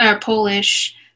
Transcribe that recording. Polish